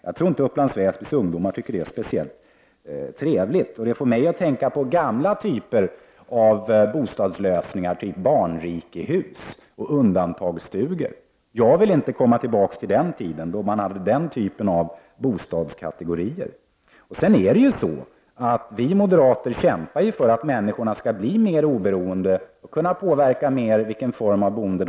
Jag tror inte att Upplands Väsbys ungdomar tycker att detta är speciellt trevligt, och det får mig att tänka på gamla typer av bostadslösningar, såsom barnrikehus och undantagsstugor. Jag vill inte återvända till den tidens typer av kategoribostäder. Vi moderater kämpar för att människorna skall bli mer oberoende och i högre grad kunna påverka sitt eget boende.